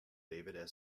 david